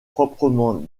proprement